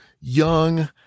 young